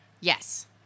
Yes